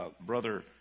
brother